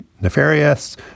nefarious